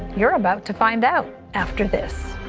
you're about to find out after this.